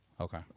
Okay